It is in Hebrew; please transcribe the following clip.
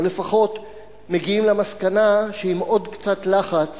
או לפחות מגיעים למסקנה שעם עוד קצת לחץ